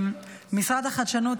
משרד החדשנות,